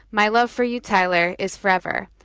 my love for you, tyler, is forever.